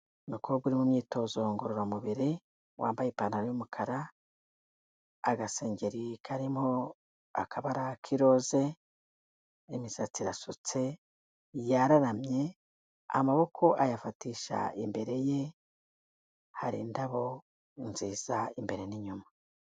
Umukobwa uri mu myitozo ngororamubiri, wambaye ipantaro y'umukara, agasengeri karimo akabara k'iroze, imisatsi irasutse, yararamye, amaboko ayafatisha imbere ye, hari indabo nziza imbere n'inyuma.